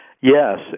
Yes